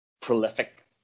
prolific